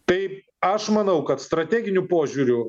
tai aš manau kad strateginiu požiūriu